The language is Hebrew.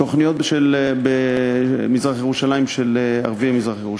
תוכניות במזרח-ירושלים של ערביי מזרח-ירושלים.